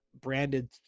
branded